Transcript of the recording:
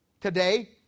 today